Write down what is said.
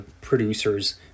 producers